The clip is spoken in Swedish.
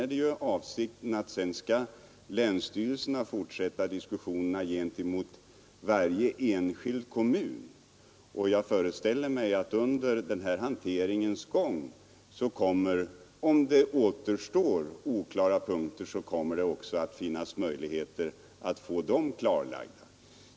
Avsikten är att länsstyrelserna skall fortsätta diskussionerna med varje enskild kommun. Jag föreställer mig att det då skall finnas möjlighet att få eventuellt återstående oklara punkter klarlagda.